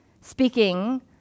speaking